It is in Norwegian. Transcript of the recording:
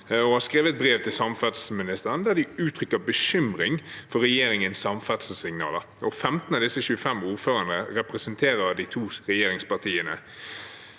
De har skrevet brev til samferdselsministeren der de uttrykker bekymring for regjeringens samferdselssignaler. 15 av disse 25 ordførerne representerer de to regjeringspartiene.